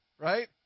right